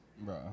bro